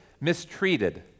mistreated